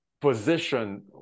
position